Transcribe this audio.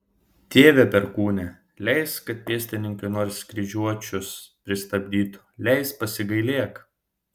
tėve perkūne leisk kad pėstininkai nors kiek kryžiuočius pristabdytų leisk pasigailėk